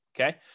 Okay